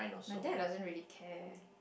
my dad doesn't really care